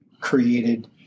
created